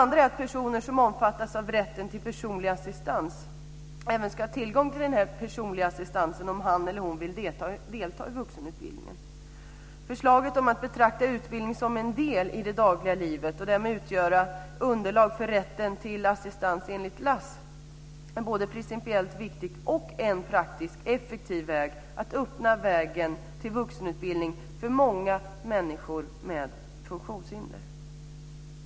När det gäller personer som omfattas av rätten till personlig assistans ska de ha tillgång till personlig assistans om de vill delta i vuxenutbildning. Förslaget att betrakta utbildning som en del av det dagliga livet och därmed utgöra underlag för rätten till assistans enligt LASS är både principiellt viktigt och ett praktiskt effektiv sätt att öppna vägen till vuxenutbildning för många personer med funktionshinder.